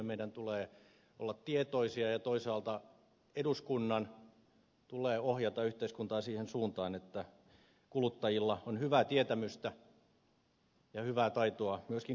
meidän tulee olla tietoisia ja toisaalta eduskunnan tulee ohjata yhteiskuntaa siihen suuntaan että kuluttajilla on hyvää tietämystä ja hyvää taitoa myöskin kuluttamisessa